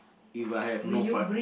if I have no fun